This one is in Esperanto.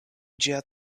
ĝia